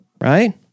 Right